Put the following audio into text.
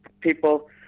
people